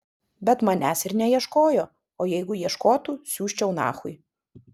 bet manęs ir neieškojo o jeigu ieškotų siųsčiau nachui